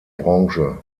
branche